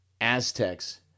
Aztecs